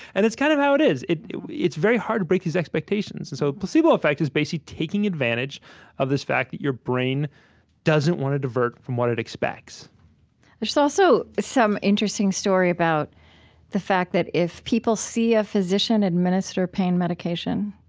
and that's kind of how it is. it's very hard to break these expectations. and so, placebo effect is basically taking advantage of this fact that your brain doesn't want to divert from what it expects there's also some interesting story about the fact that if people see a physician administer pain medication,